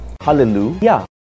Hallelujah